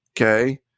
Okay